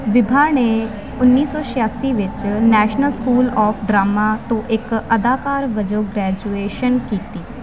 ਵਿਭਾ ਨੇ ਉੱਨੀ ਸੌ ਛਿਆਸੀ ਵਿੱਚ ਨੈਸ਼ਨਲ ਸਕੂਲ ਆਫ਼ ਡਰਾਮਾ ਤੋਂ ਇੱਕ ਅਦਾਕਾਰ ਵਜੋਂ ਗ੍ਰੈਜੂਏਸ਼ਨ ਕੀਤੀ